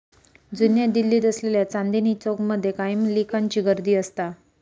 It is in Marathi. जुन्या दिल्लीत असलेल्या चांदनी चौक मध्ये कायम लिकांची गर्दी असता